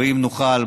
ואם נוכל,